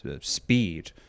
speed